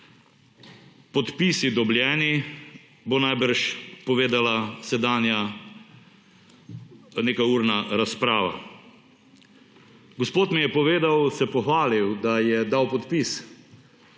podpisi dobljeni, bo najbrž povedala sedanja nekajurna razprava. Gospod mi je povedal, se pohvalil, da je dal podpis.